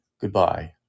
Goodbye